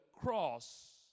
cross